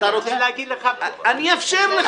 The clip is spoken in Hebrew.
אאפשר לך.